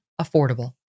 affordable